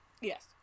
Yes